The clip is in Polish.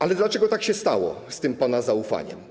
Ale dlaczego tak się stało z tym pana zaufaniem?